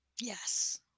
Yes